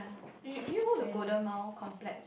did you go to Golden Mile Complex